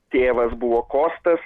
tėvas buvo kostas